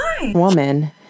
woman